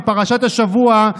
מפרשת השבוע,